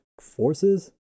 Forces